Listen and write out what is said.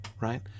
right